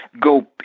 go